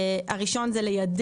חובה